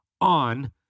on